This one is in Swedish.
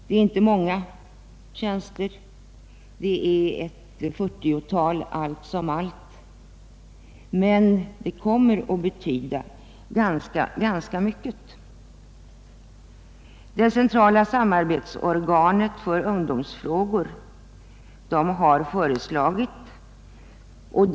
Antalet nya tjänster är inte stort — det rör sig om ett 40-tal allt som allt — men dessa tjänster kommer att betyda ganska mycket. Det centrala samarbetsorganet för ungdomsfrågor har utarbetat ett förslag till åtgärder.